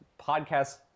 podcast